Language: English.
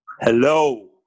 Hello